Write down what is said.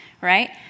Right